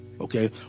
Okay